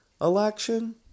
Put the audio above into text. election